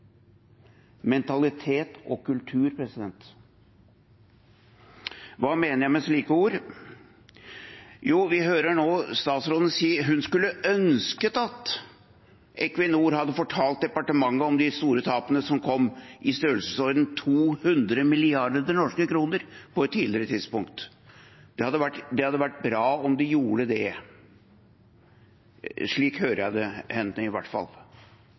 Mentalitet og kultur – hva mener jeg med slike ord? Jo, vi hører nå statsråden si at hun skulle ønske at Equinor hadde fortalt departementet om de store tapene som kom, i størrelsesordenen 200 mrd. norske kroner, på et tidligere tidspunkt, at det hadde vært bra om de gjorde det. Slik hører jeg henne i hvert fall.